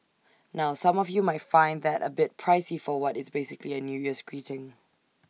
now some of you might find that A bit pricey for what is basically A new year's greeting